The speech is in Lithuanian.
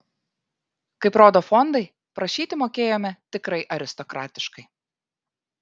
kaip rodo fondai prašyti mokėjome tikrai aristokratiškai